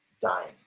Dying